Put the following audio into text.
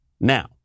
Now